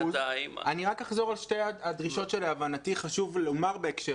אני רק אחזור על שתי הדרישות שלהבנתי חשוב לומר בהקשר